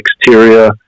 exterior